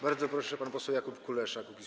Bardzo proszę, pan poseł Jakub Kulesza, Kukiz’15.